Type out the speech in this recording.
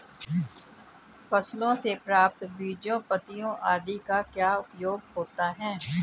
फसलों से प्राप्त बीजों पत्तियों आदि का क्या उपयोग होता है?